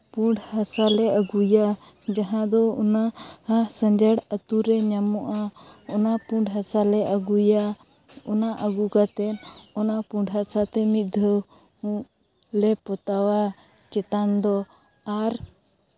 ᱯᱩᱸᱰ ᱦᱟᱥᱟᱞᱮ ᱟᱹᱜᱩᱭᱟ ᱡᱟᱦᱟᱸ ᱫᱚ ᱚᱱᱟ ᱥᱚᱸᱡᱟᱲ ᱟᱛᱳ ᱨᱮ ᱧᱟᱢᱚᱜᱼᱟ ᱚᱱᱟ ᱯᱩᱸᱰ ᱦᱟᱥᱟᱞᱮ ᱟᱹᱜᱩᱭᱟ ᱚᱱᱟ ᱟᱹᱜᱩ ᱠᱟᱛᱮᱫ ᱚᱱᱟ ᱯᱩᱸᱰ ᱦᱟᱥᱟᱛᱮ ᱢᱤᱫ ᱫᱷᱟᱹᱣ ᱞᱮ ᱯᱚᱛᱟᱣᱟ ᱪᱮᱛᱟᱱ ᱫᱚ ᱟᱨ